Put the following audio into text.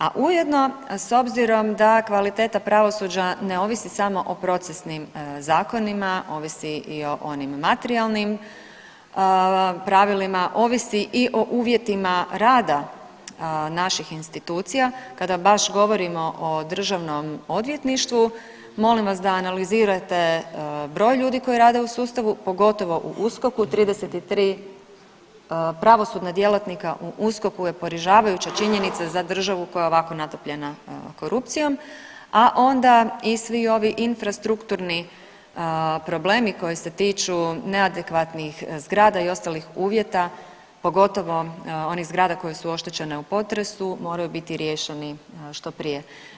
A ujedno s obzirom da kvaliteta pravosuđa ne ovisi samo o procesnim zakonima, ovisi i onim materijalnim pravilima, ovisi i o uvjetima rada naših institucija kada baš govorimo o Državnom odvjetništvu molim vas da broj ljudi koji rade u sustavu pogotovo u USKOK-u 33 pravosudna djelatnika u USKOK-u je poražavajuća činjenica za državu koja je ovako natopljena evo korupcijom, a onda i svi ovi infrastrukturni problemi koji se tiču neadekvatnih zgrada i ostalih uvjeta pogotovo onih zgrada koje su oštećene u potresu moraju biti riješeni što prije.